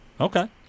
Okay